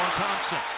thompson.